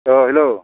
औ हेल'